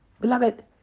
Beloved